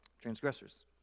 transgressors